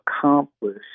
accomplish